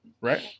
right